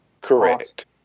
Correct